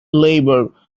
labour